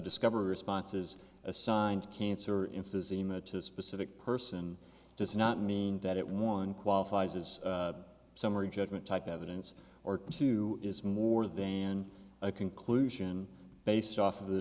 discovery responses assigned cancer in fizzy meant to specific person does not mean that it one qualifies as summary judgment type evidence or two is more then a conclusion based off of the